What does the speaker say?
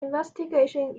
investigation